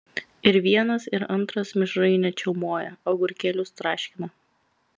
ir vienas ir antras mišrainę čiaumoja agurkėlius traškina